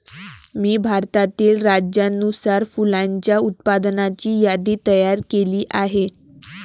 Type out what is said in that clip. मी भारतातील राज्यानुसार फुलांच्या उत्पादनाची यादी तयार केली आहे